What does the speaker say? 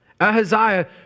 Ahaziah